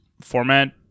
format